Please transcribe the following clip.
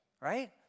right